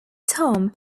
tom